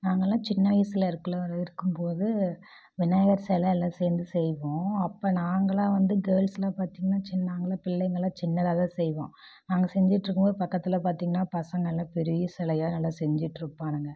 நாங்கள்லாம் சின்ன வயசில் இருக்கும் இருக்கும்போது விநாயகர் செலை எல்லாம் சேர்ந்து செய்வோம் அப்போ நாங்கள்லாம் வந்து கேர்ள்ஸ்லாம் பார்த்திங்கன்னா சின்ன நாங்கள்லாம் பிள்ளைங்கள்லாம் சின்னதாக தான் செய்வோம் நாங்கள் செஞ்சுட்ருக்கும்போது பக்கத்தில் பார்த்திங்கன்னா பசங்கள்லாம் பெரிய சிலையா நல்லா செஞ்சுட்ருப்பானுங்க